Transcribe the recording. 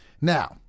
Now